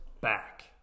back